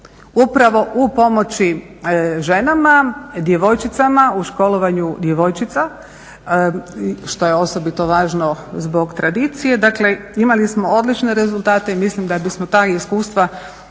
Upravo u pomoći ženama, djevojčicama, u školovanju djevojčica što je osobito važno zbog tradicije, dakle imali smo odlične rezultate i mislim da bismo ta iskustva